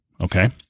Okay